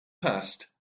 past